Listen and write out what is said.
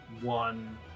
one